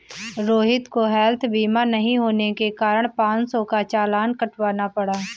रोहित को हैल्थ बीमा नहीं होने के कारण पाँच सौ का चालान कटवाना पड़ा